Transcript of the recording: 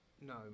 No